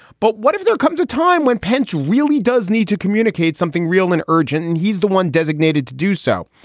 but what if there comes a time when pence really does need to communicate something real and urgent? and he's the one designated to do so.